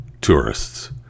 tourists